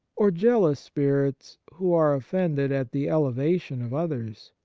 or jealous spirits who are offended at the elevation of others?